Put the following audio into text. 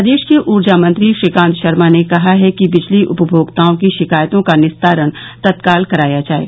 प्रदेश के ऊर्जा मंत्री श्रीकांत शर्मा ने कहा है कि बिजली उपभोक्ताओं की शिकायतों का निस्तारण तत्काल कराया जाये